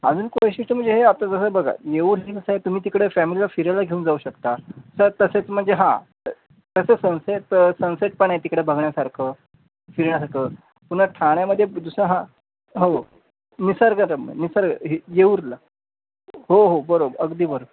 अजून एक वैशिष्ट्य म्हणजे हे आता जसं बघा येऊर हे कसं आहे तुम्ही तिकडे फॅमिलीला फिरायला घेऊन जाऊ शकता सर तसेच म्हणजे हां तसं सनसेट सनसेट पण आहे तिकडे बघण्यासारखं फिरण्यासारखं पुन्हा ठाण्यामध्ये दुसरं हां हो निसर्गरम्य निसर्ग हे येऊरला हो हो बरोबर अगदी बरो